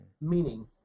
meaning